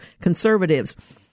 conservatives